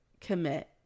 commit